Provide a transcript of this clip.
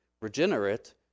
regenerate